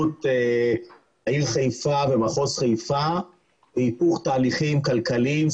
העיר חיפה ומחוז חיפה בהיפוך תהליכים כלכליים,